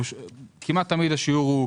כל מקרה לגופו.